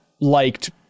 liked